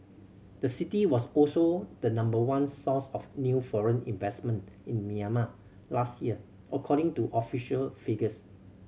the city was also the number one source of new foreign investment in Myanmar last year according to official figures